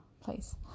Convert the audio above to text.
please